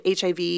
HIV